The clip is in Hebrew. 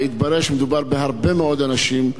והתברר שמדובר בהרבה מאוד אנשים.